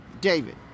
David